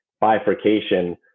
bifurcation